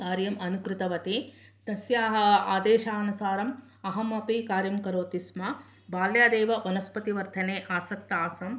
कार्यम् अनुकृतवती तस्याः आदेशानुसारम् अहमपि कार्यं करोति स्म बाल्यादेव वनस्पतिवर्धने आसक्ता आसन्